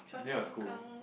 near your school